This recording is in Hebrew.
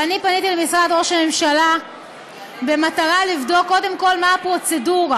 ואני פניתי למשרד ראש הממשלה במטרה לבדוק קודם כול מה הפרוצדורה.